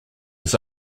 his